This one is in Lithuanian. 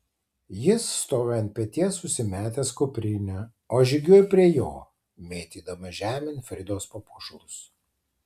jis stovi ant peties užsimetęs kuprinę o aš žygiuoju prie jo mėtydama žemėn fridos papuošalus